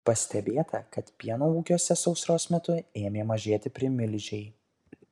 pastebėta kad pieno ūkiuose sausros metu ėmė mažėti primilžiai